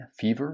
fever